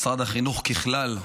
משרד החינוך, ככלל,